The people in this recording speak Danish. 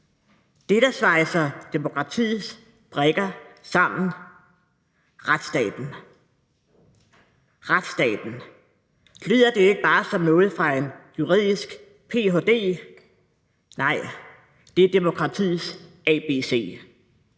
Det, der splejser demokratiets brikker sammen. Retsstaten – lyder det ikke bare som noget fra en juridisk ph.d.? Nej, det er demokratiets ABC: